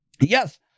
Yes